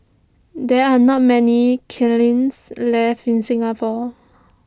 there are not many killings left in Singapore